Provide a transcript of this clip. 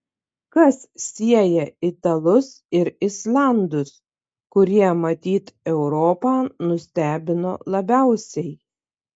kas sieja italus ir islandus kurie matyt europą nustebino labiausiai